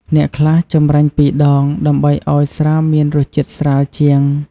អ្នកខ្លះចម្រាញ់ពីរដង ដើម្បីឱ្យស្រាមានរសជាតិស្រាលជាង។